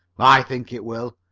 i think it will.